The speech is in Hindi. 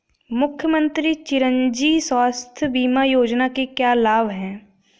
मुख्यमंत्री चिरंजी स्वास्थ्य बीमा योजना के क्या लाभ हैं?